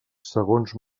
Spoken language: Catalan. segons